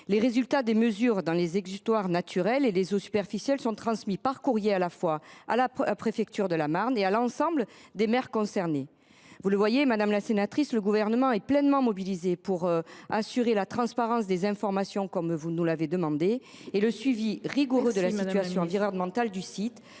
Les résultats des mesures effectuées dans les exutoires naturels et les eaux superficielles sont transmis par courrier à la fois à la préfecture de la Marne et à l’ensemble des maires concernés. Vous le voyez, madame la sénatrice, le Gouvernement est pleinement mobilisé, comme vous le demandez, pour assurer la transparence des informations et le suivi rigoureux de la situation environnementale du site.